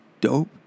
dope